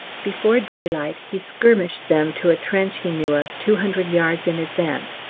before daylight he skirmished them to a trench he knew of two hundred yards in advance,